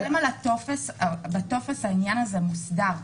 הוא חותם על הטופס, בטופס העניין הזה מוסדר.